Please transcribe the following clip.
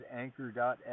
anchor